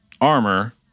armor